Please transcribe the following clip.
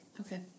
Okay